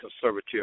conservative